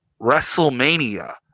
wrestlemania